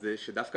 דווקא